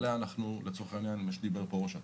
עליה אני לא אוסיף מעבר למה שאמר ראש אט"ל.